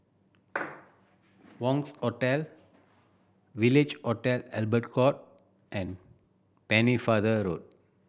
Wangz Hotel Village Hotel Albert Court and Pennefather Road